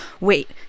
wait